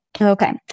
Okay